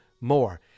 more